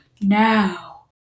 now